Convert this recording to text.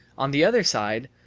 on the other side,